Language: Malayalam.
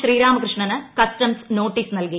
ശ്രീരാമകൃഷ്ണന് കസ്റ്റംസ് നോട്ടീസ് നൽകി